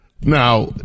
Now